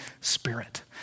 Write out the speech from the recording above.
Spirit